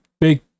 big